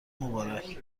مبارک